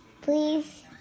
Please